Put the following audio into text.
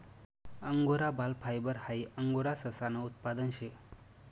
angora बाल fibre हाई angora ससानं उत्पादन शे